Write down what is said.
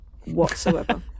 whatsoever